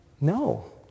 No